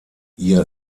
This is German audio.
ihr